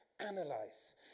Analyze